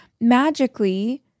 magically